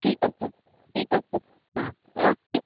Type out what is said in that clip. ঠিক আছে ঠিক আছে হ্যাঁ রাখছি